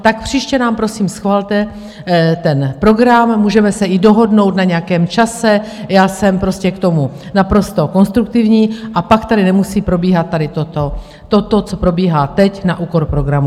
Tak příště nám prosím schvalte ten program, můžeme se i dohodnout na nějakém čase, já jsem k tomu naprosto konstruktivní, a pak tady nemusí probíhat tady toto, co probíhá teď na úkor programu.